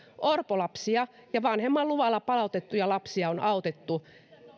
orpolapsia ja vanhemman luvalla palautettuja lapsia on autettu